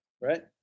Right